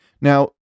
Now